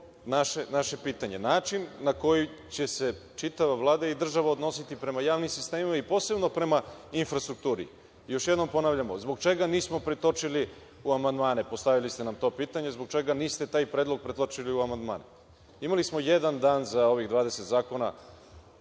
naše pitanje – način na koji će se čitava Vlada i država odnositi prema javnim sistemima i posebno prema infrastrukturi? Još jednom ponavljamo – zbog čega nismo pretočili u amandmane? Postavili ste nam to pitanje – zbog čega niste taj predlog pretočili u amandmane? Imali smo jedan dan za ovih 20 zakona,